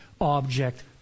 object